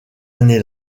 année